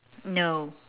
no